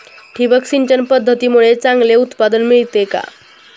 ठिबक सिंचन पद्धतीमुळे चांगले उत्पादन मिळते का?